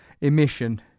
emission